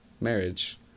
marriage